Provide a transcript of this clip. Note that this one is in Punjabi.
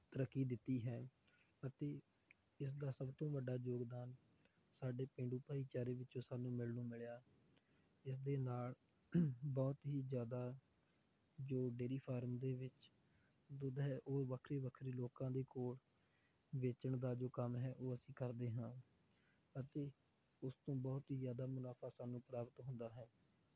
ਤਰੱਕੀ ਦਿੱਤੀ ਹੈ ਅਤੇ ਇਸ ਦਾ ਸਭ ਤੋਂ ਵੱਡਾ ਯੋਗਦਾਨ ਸਾਡੇ ਪੇਂਡੂ ਭਾਈਚਾਰੇ ਵਿੱਚੋਂ ਸਾਨੂੰ ਮਿਲਣ ਨੂੰ ਮਿਲਿਆ ਇਸ ਦੇ ਨਾਲ ਬਹੁਤ ਹੀ ਜ਼ਿਆਦਾ ਜੋ ਡੇਅਰੀ ਫਾਰਮ ਦੇ ਵਿੱਚ ਦੁੱਧ ਹੈ ਉਹ ਵੱਖਰੇ ਵੱਖਰੇ ਲੋਕਾਂ ਦੇ ਕੋਲ ਵੇਚਣ ਦਾ ਜੋ ਕੰਮ ਹੈ ਉਹ ਅਸੀਂ ਕਰਦੇ ਹਾਂ ਅਤੇ ਉਸ ਤੋਂ ਬਹੁਤ ਹੀ ਜ਼ਿਆਦਾ ਮੁਨਾਫ਼ਾ ਸਾਨੂੰ ਪ੍ਰਾਪਤ ਹੁੰਦਾ ਹੈ